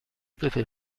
würfel